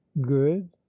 good